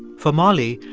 for molly,